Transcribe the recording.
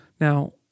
Now